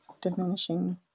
diminishing